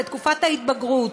בתקופת ההתבגרות,